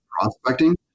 prospecting